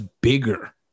bigger